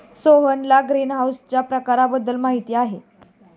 सोहनला ग्रीनहाऊसच्या प्रकारांबद्दल माहिती आहे